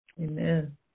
Amen